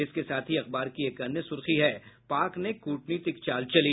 इसके साथ ही अखबार की एक अन्य सुर्खी है पाक ने कूटनीतिक चाल चली